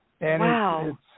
Wow